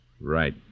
Right